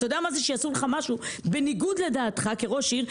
אתה יודע מה זה שיעשו לך משהו בניגוד לדעתך כראש עיר,